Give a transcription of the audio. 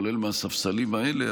כולל מהספסלים האלה,